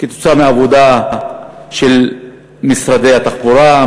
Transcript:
עקב עבודה של משרד התחבורה,